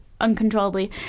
uncontrollably